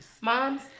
Moms